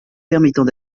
permettant